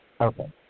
Okay